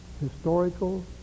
historical